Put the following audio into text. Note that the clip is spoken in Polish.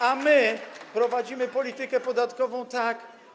A my prowadzimy politykę podatkową tak.